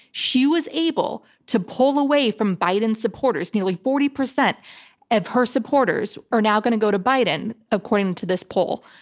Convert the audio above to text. she was able to pull away from biden supporters, nearly forty percent of her supporters are now going to go to biden according to this poll.